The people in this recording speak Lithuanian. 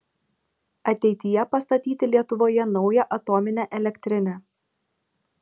ateityje pastatyti lietuvoje naują atominę elektrinę